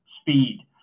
speed